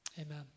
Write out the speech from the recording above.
Amen